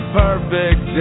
perfect